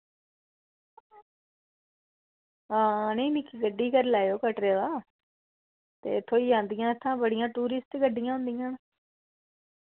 हां नेईं निक्की गड्डी करी लैएओ कटरे दा ते थ्होई जंदियां इत्थैं बड़ियां टूरिस्ट गड्डियां होंदियां न